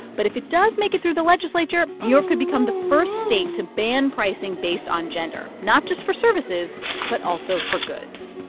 but if it does make it through the legislature, new york could become the first state to ban pricing based on gender, not just for services but also for goods.